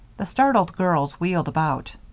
the startled girls wheeled about.